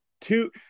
two